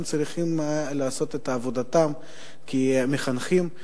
הם צריכים לעשות את עבודתם כמחנכים,